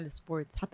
sports